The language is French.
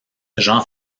jean